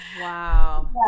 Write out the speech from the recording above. Wow